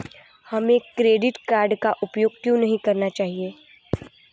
हमें credit card का उपयोग क्यों नहीं करना चाहिए?